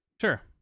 Sure